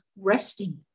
resting